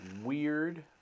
weird